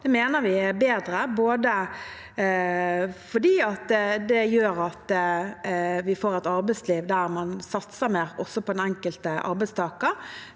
Det mener vi er bedre, for det gjør at vi får et arbeidsliv der man satser mer – også på den enkelte arbeidstaker